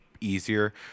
easier